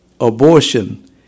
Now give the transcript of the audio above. abortion